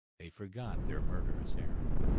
they forgot their murderous errand.